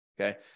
Okay